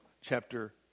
chapter